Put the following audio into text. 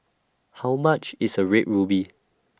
How much IS A Red Ruby